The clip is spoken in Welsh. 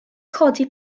codi